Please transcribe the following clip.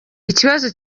ikibazo